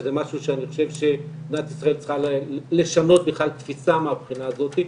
וזה משהו שאני חושב שמדינת ישראל צריכה לשנות בכלל תפיסה מהבחינה הזאת,